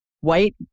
White